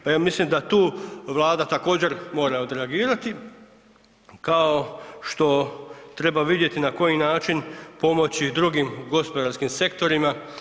Pa ja mislim da tu Vlada također mora odreagirati, kao što treba vidjeti na koji način pomoći drugim gospodarskim sektorima.